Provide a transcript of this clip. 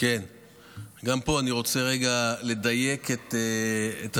גם פה אני רוצה רגע לדייק את השאלה.